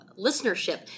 listenership